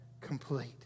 complete